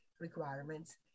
requirements